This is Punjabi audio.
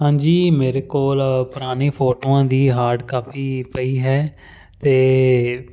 ਹਾਂਜੀ ਮੇਰੇ ਕੋਲ ਪੁਰਾਣੀ ਫੋਟੋਆਂ ਦੀ ਹਾਰਡ ਕਾਪੀ ਪਈ ਹੈ ਅਤੇ